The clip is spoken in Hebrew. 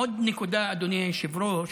עוד נקודה, אדוני היושב-ראש: